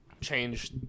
change